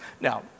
Now